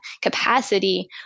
capacity